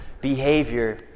behavior